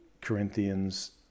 Corinthians